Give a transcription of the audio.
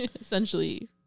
essentially